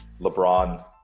LeBron